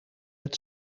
het